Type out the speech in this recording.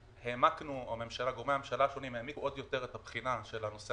העמקנו או גורמי הממשלה השונים העמיקו עוד יותר את הבחינה של הנושא